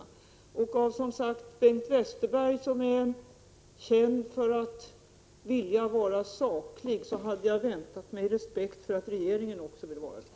Av Bengt Westerberg — han är som sagt känd för att vilja vara saklig — hade jag väntat mig respekt för att regeringen också vill vara saklig.